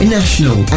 national